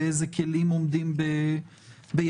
ואיזה כלים עומדים בידה.